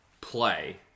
play